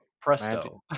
Presto